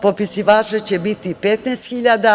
Popisivača će biti 15.000.